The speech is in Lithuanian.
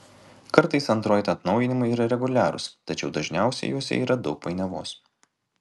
kartais android atnaujinimai yra reguliarūs tačiau dažniausiai juose yra daug painiavos